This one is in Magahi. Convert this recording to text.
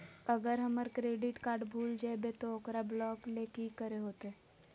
अगर हमर क्रेडिट कार्ड भूल जइबे तो ओकरा ब्लॉक लें कि करे होते?